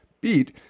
beat